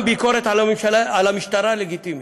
גם ביקורת על המשטרה זה לגיטימי.